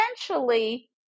essentially